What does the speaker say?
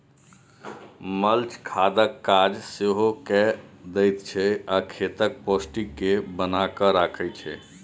mulch खादक काज सेहो कए दैत छै आ खेतक पौष्टिक केँ बना कय राखय छै